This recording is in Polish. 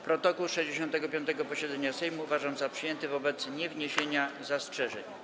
Protokół 65. posiedzenia Sejmu uważam za przyjęty wobec niewniesienia zastrzeżeń.